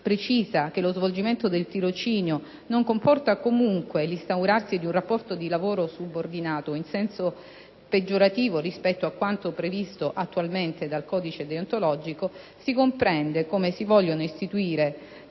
precisa che lo svolgimento del tirocinio non comporta comunque l'instaurarsi di un rapporto di lavoro subordinato, in senso peggiorativo rispetto a quanto previsto attualmente nel codice deontologico, si comprende come si vogliano istituire